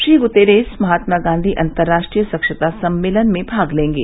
Shri Guterres Mahatma Gandhi अंतर्राष्ट्रीय स्वच्छता सम्मेलन में भाग तेंगे